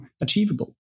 achievable